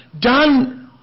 done